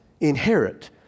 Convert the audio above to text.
inherit